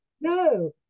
No